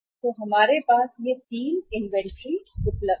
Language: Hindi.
ये हमारे साथ उपलब्ध 3 आविष्कार हैं